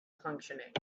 functioning